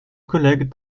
collègues